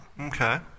Okay